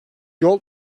yol